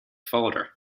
folder